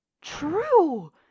True